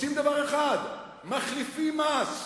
עושים דבר אחד, מחליפים מס.